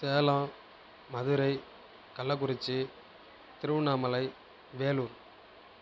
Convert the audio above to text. Salem Madurai Kallakurichi Tiruvannamalai Vellore